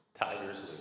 Tigers